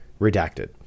redacted